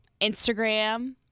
Instagram